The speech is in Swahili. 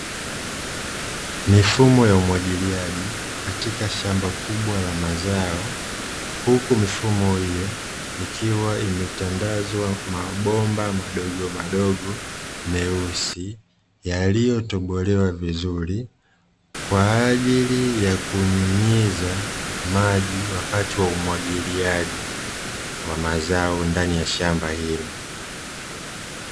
Mifumo ya umwagiliaji katika shamba kubwa la mazao huku mifumo hiyo ikiwa imetandazwa mabomba madogomadogo meusi, yaliyotobolewa vizuri kwa ajili ya kunyunyiza maji wakati wa umwagiliaji wa mazao ndani ya shamba hilo.